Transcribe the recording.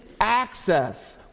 access